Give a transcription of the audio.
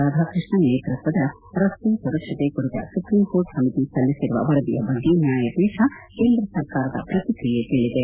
ರಾಧಾಕೃಷ್ಣನ್ ನೇತೃತ್ವದ ರಸ್ತೆ ಸುರಕ್ವತೆ ಕುರಿತ ಸುಪ್ರೀಂ ಕೋರ್ಟ್ ಸಮಿತಿ ಸಲ್ಲಿಸಿರುವ ವರದಿಯ ಬಗ್ಗೆ ನ್ಲಾಯಪೀಠ ಕೇಂದ್ರ ಸರ್ಕಾರದ ಪ್ರತಿಕ್ರಿಯೆ ಕೇಳಿದೆ